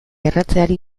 erretzeari